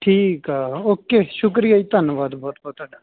ਠੀਕ ਆ ਓਕੇ ਸ਼ੁਕਰੀਆ ਜੀ ਧੰਨਵਾਦ ਬਹੁਤ ਬਹੁਤ ਤੁਹਾਡਾ